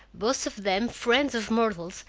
both of them friends of myrtle's,